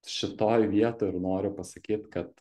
šitoj vietoj ir noriu pasakyt kad